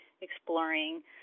exploring